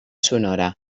sonora